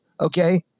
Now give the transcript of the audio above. Okay